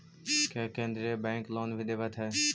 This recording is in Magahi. क्या केन्द्रीय बैंक लोन भी देवत हैं